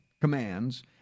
commands